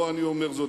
לא רק אני אומר זאת.